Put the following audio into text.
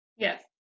Yes